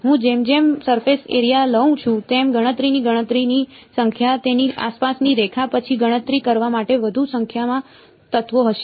હું જેમ જેમ સરફેસ એરિયા લઉં છું તેમ ગણતરીની ગણતરીની સંખ્યા તેની આસપાસની રેખા પછી ગણતરી કરવા માટે વધુ સંખ્યામાં તત્વો હશે